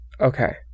Okay